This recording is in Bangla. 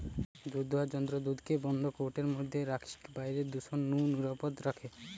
দুধদুয়ার যন্ত্র দুধকে বন্ধ কৌটার মধ্যে রখিকি বাইরের দূষণ নু নিরাপদ রখে